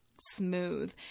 smooth